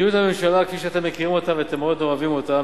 מדיניות הממשלה כפי שאתם מכירים אותה ואתם מאוד אוהבים אותה,